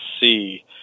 see